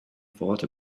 thought